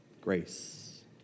grace